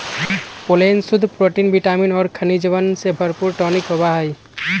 pollen शुद्ध protein vitamin और खनिजवन से भरपूर टॉनिक होबा हई